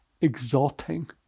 exulting